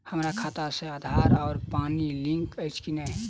हम्मर खाता सऽ आधार आ पानि लिंक अछि की नहि?